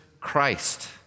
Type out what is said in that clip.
Christ